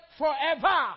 forever